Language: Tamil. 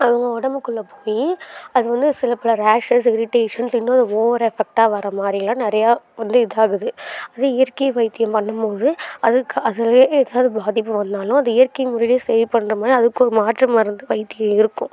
அவங்க உடம்புக்குள்ள போய் அது வந்து சில பல ரேஷஸ் இரிட்டேஷன்ஸ் இன்னொரு ஓவர் எஃபெக்ட்டாக வர மாதிரிலாம் நிறையா வந்து இதாகுது அது இயற்கை வைத்தியம் பண்ணும் போது அதுக்கு அதுவே ஏதாவது பாதிப்பு வந்தாலும் அது இயற்கை முறையில் சரி பண்ணுற மாதிரி அதுக்கு ஒரு மாற்றம் வர்றது வைத்தியம் இருக்கும்